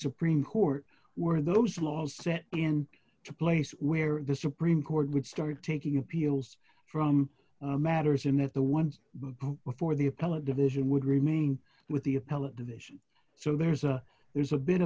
supreme court were those laws set in place where the supreme court would start taking appeals from matters and that the ones before the appellate division would remain with the appellate division so there's a there's a bit